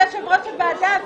אבל הוא יושב-ראש הוועדה,